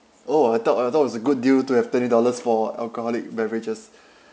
oh I thought I thought it was a good deal to have twenty dollars for alcoholic beverages